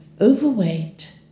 Overweight